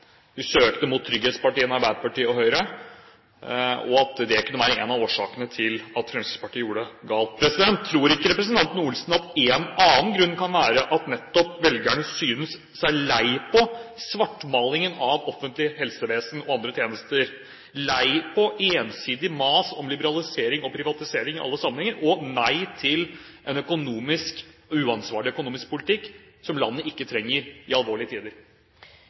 søkte mot trygghetspartiene Arbeiderpartiet og Høyre, og at det kunne være en av årsakene til at det for Fremskrittspartiet gikk galt. Tror ikke representanten Olsen at en annen grunn kan være at nettopp velgerne ser seg lei på svartmalingen av offentlig helsevesen og andre tjenester, lei på ensidig mas om liberalisering og privatisering i alle sammenhenger, og sier nei til en økonomisk uansvarlig politikk som landet ikke trenger i alvorlige tider?